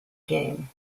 game